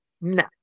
No